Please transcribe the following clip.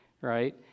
right